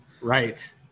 Right